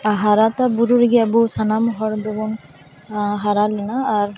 ᱦᱟᱨᱟᱛᱟ ᱵᱩᱨᱩ ᱨᱤᱜᱤ ᱟᱵᱩ ᱥᱟᱱᱟᱢ ᱦᱚᱲ ᱫᱚᱵᱚᱱ ᱦᱟᱨᱟ ᱞᱮᱱᱟ ᱟᱨ